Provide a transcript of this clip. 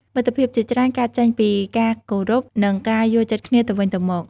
មិត្តភាពជាច្រើនកើតចេញពីការគោរព និងការយល់ចិត្តគ្នាទៅវិញទៅមក។